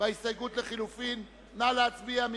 נא להצביע.